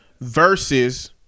versus